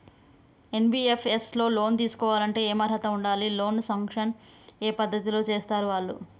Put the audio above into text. NBFS లో loan తీస్కోవాలంటే ఏం అర్హత ఉండాలి? లోన్ సాంక్షన్ ఏ పద్ధతి లో చేస్తరు వాళ్లు?